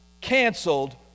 Canceled